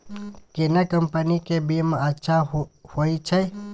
केना कंपनी के बीमा अच्छा होय छै?